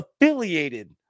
affiliated